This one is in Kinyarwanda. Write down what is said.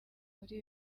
muri